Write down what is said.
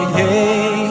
hey